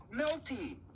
melty